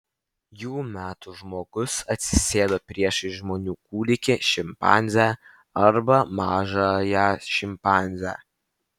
jų metu žmogus atsisėdo priešais žmonių kūdikį šimpanzę arba mažąją šimpanzę